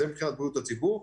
זה מבחינת בריאות הציבור.